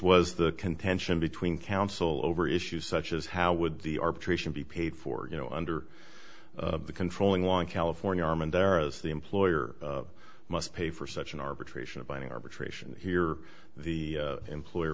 was the contention between counsel over issues such as how would the arbitration be paid for you know under the controlling long california arm and there as the employer must pay for such an arbitration a binding arbitration here the employer